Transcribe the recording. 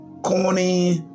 Corny